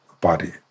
body